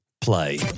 play